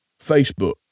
Facebook